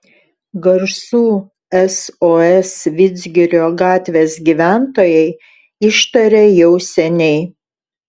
garsų sos vidzgirio gatvės gyventojai ištarė jau seniai